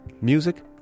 Music